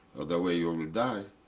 other way, you will will die.